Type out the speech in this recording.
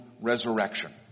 resurrection